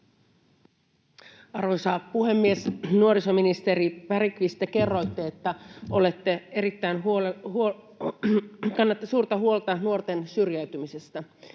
Arvoisa puhemies! Nuorisoministeri Bergqvist, te kerroitte, että kannatte suurta huolta nuorten syrjäytymisestä.